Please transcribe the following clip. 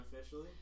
officially